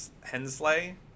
Hensley